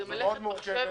זאת מלאכת מחשבת